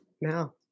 now